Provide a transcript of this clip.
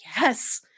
yes